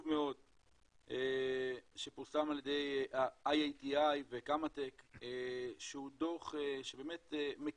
מאוד שפורסם על ידי ה-IATI וקמא-טק שהוא דו"ח שבאמת מקיף,